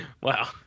Wow